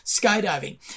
skydiving